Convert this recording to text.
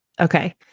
Okay